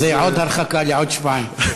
זו עוד הרחקה לעוד שבועיים.